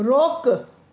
रोक